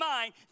mind